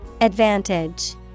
Advantage